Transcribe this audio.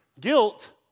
Guilt